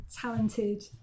talented